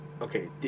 Okay